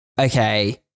okay